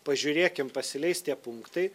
pažiūrėkim pasileis tie punktai